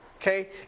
Okay